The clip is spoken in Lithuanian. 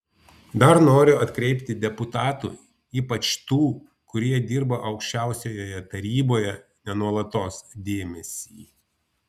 dar noriu atkreipti deputatų ypač tų kurie dirba aukščiausiojoje taryboje ne nuolatos dėmesį